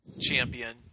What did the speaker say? champion